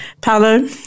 Paolo